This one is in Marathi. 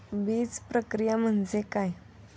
बीजप्रक्रिया म्हणजे काय?